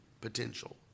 potential